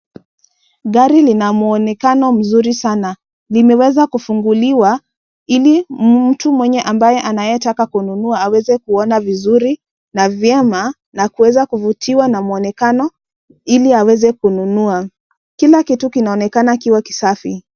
Gari lina mwonekano mzuri sana, limeweza kufunguliwa ili mtu mwenye ambaye anataka kunua aweze kuona vizuri na vyema na kuweza kuvutiwa na mwonekano ili aweze kununua, kila kitu kinaonekana kikiwa kisafi.